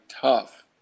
tough